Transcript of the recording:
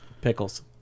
Pickles